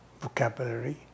vocabulary